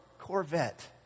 Corvette